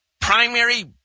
primary